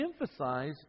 emphasize